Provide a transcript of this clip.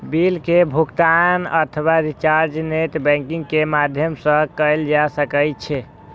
bill के भुगातन अथवा रिचार्ज नेट बैंकिंग के माध्यम सं कैल जा सकै छै